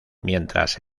mientras